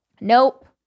Nope